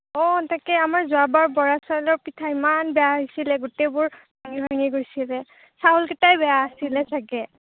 অঁ তাকে আমাৰ যোৱাবাৰ বৰা চাউলৰ পিঠা ইমান বেয়া হৈছিলে গোটেইবোৰ ভাঙি ভাঙি গৈছিলে চাউলকেইটাই বেয়া আছিলে চাগে